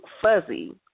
fuzzy